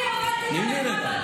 אני עודדתי את המחאה ב-2015.